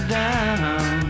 down